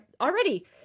already